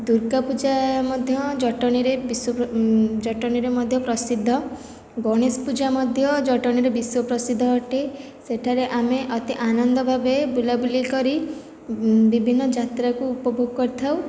ଦୁର୍ଗାପୂଜା ମଧ୍ୟ ଜଟଣୀରେ ବିଶ୍ୱ ଜଟଣୀରେ ପ୍ରସିଦ୍ଧ ଗଣେଶପୂଜା ମଧ୍ୟ ଜଟଣୀରେ ବିଶ୍ୱ ପ୍ରସିଦ୍ଧ ଅଟେ ସେଠାରେ ଆମେ ଅତି ଆନନ୍ଦ ଭାବେ ବୁଲାବୁଲି କରି ବିଭିନ୍ନ ଯାତ୍ରାକୁ ଉପଭୋଗ କରିଥାଉ